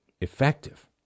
effective